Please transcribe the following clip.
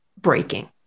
breaking